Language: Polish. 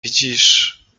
widzisz